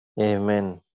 Amen